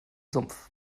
sumpf